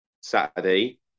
Saturday